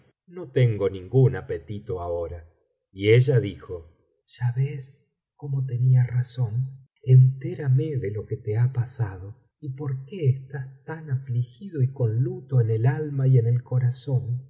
no tengo ningún apetito ahora y ella dijo ya ves como tenía razón entérame ele lo que te ha pasado y por qué estás tan afligido y con luto en el alma y en el corazón